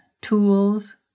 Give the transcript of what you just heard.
tools